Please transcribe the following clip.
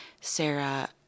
Sarah